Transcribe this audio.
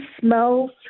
smells